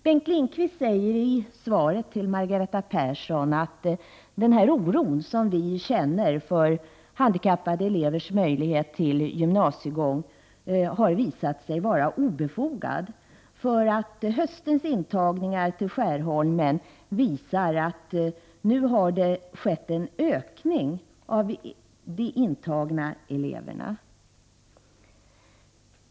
Bengt Lindqvist säger i svaret till Margareta Persson att den oro som vi känner för handikappade elevers möjlighet till gymnasiegång har visat sig vara obefogad, därför att höstintagningen till Skärholmen visar att det nu har skett en ökning av de intagna eleverna.